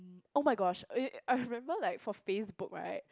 oh-my-gosh I remember like for Facebook right